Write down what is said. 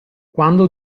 quando